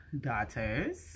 daughters